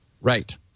Right